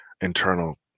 internal